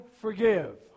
forgive